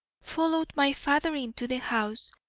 followed my father into the house,